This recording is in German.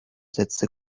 setzte